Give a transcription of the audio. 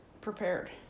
prepared